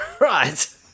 Right